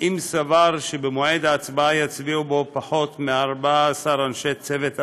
אם סבר שבמועד ההצבעה יצביעו בו פחות מ-14 אנשי צוות אוויר.